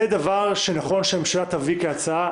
זה דבר שנכון שהממשלה תביא כהצעה.